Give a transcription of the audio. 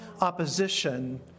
opposition